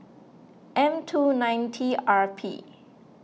M two nine T R P